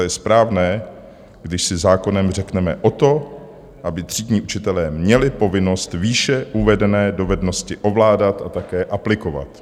Ale je správné, když si zákonem řekneme o to, aby třídní učitelé měli povinnost výše uvedené dovednosti ovládat a také aplikovat.